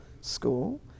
school